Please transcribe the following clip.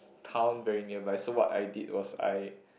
town very nearby so what I did was I